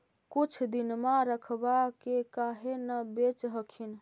कुछ दिनमा रखबा के काहे न बेच हखिन?